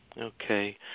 Okay